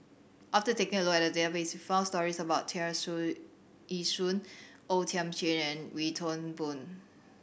after taking a look at the database we found stories about Tear Ee Soon O Thiam Chin and Wee Toon Boon